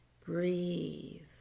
Breathe